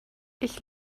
ich